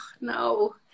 no